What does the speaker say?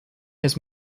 has